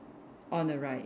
on the right